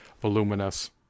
voluminous